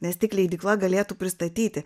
nes tik leidykla galėtų pristatyti